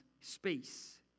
space